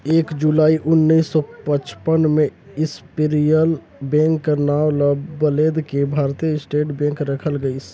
एक जुलाई उन्नीस सौ पचपन में इम्पीरियल बेंक कर नांव ल बलेद के भारतीय स्टेट बेंक रखल गइस